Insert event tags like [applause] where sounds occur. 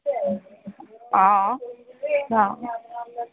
[unintelligible] অ অ